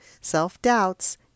self-doubts